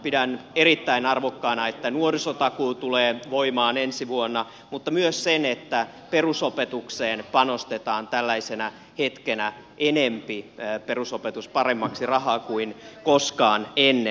pidän erittäin arvokkaana että nuorisotakuu tulee voimaan ensi vuonna mutta myös sitä että perusopetukseen panostetaan tällaisena hetkenä enemmän perusopetus paremmaksi rahaa kuin koskaan ennen